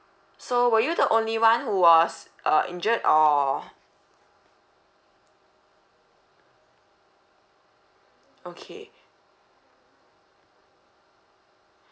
so were you the only one who was uh injured or okay